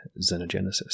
Xenogenesis